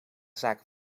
zaken